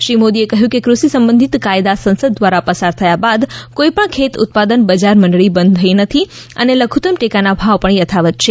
શ્રી મોદીએ કહ્યું કે કૃષિ સંબંઘિત કાયદા સંસદ દ્વારા પસાર થયા બાદ કોઈપણ ખેત ઉત્પાદન બજાર મંડળી બંધ નથી થઈ અને લધુતમ ટેકાના ભાવ પણ યથાવત છે